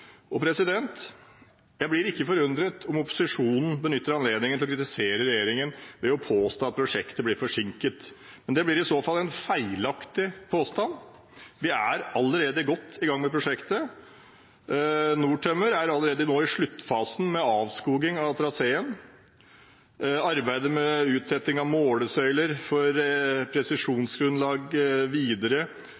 Jeg blir ikke forundret om opposisjonen benytter anledningen til å kritisere regjeringen ved å påstå at prosjektet er forsinket. Det blir i så fall en feilaktig påstand. Vi er allerede godt i gang med prosjektet. Nortømmer er allerede i sluttfasen med avskoging av traseen. Arbeidet med utsetting av målesøyler for